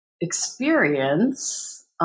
experience